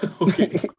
Okay